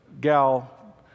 gal